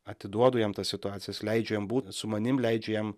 atiduodu jam tas situacijas leidžiu jam būt su manim leidžiu jam